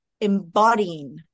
embodying